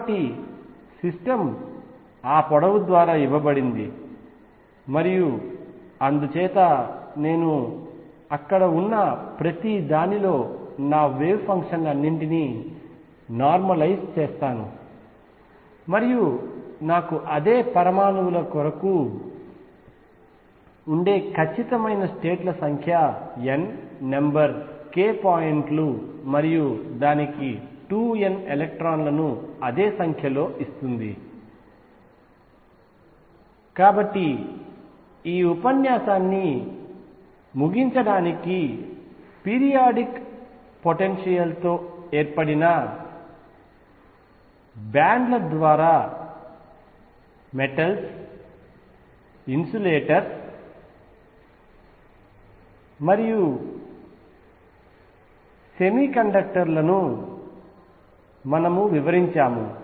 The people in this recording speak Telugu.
కాబట్టి సిస్టమ్ ఆ పొడవు ద్వారా ఇవ్వబడింది మరియు అందుచేత నేను అక్కడ ఉన్న ప్రతిదానిలో వేవ్ ఫంక్షన్లన్నింటినీ నార్మలైజ్ చేస్తాను మరియు అదే నాకు పరమాణువుల కొరకు ఉండే ఖచ్చితమైన స్టేట్ ల సంఖ్య n నెంబర్ k పాయింట్ లు మరియు దానికి 2 n ఎలక్ట్రాన్లను అదే సంఖ్యలో ఇస్తుంది కాబట్టి ఈ ఉపన్యాసాన్ని ముగించడానికి ముందు సంగ్రహంగా చెప్పాలంటే పీరియాడిక్ పొటెన్షియల్ తో ఏర్పడిన బ్యాండ్ ల ద్వారా మెటల్స్ ఇన్సులేటర్స్ మరియు సెమీకండక్టర్లను మనము వివరించాము